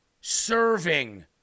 serving